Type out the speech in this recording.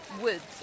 Woods